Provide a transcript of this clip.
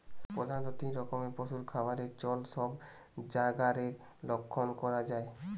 প্রধাণত তিন রকম পশুর খাবারের চল সব জায়গারে লক্ষ করা যায়